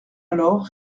alors